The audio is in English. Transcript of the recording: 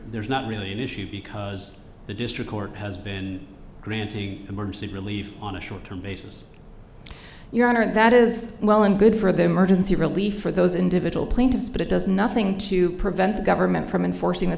there's not really an issue because the district court has been granted emergency relief on a short term basis your honor that is well and good for them urgency relief for those individual plaintiffs but it does nothing to prevent the government from enforcing th